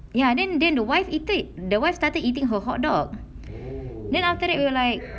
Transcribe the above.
ya then then the wife eating the wife started eating her hot dog then after that will like